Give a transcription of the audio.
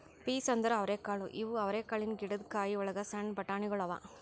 piece ಅಂದುರ್ ಅವರೆಕಾಳು ಇವು ಅವರೆಕಾಳಿನ ಗಿಡದ್ ಕಾಯಿ ಒಳಗ್ ಸಣ್ಣ ಬಟಾಣಿಗೊಳ್ ಅವಾ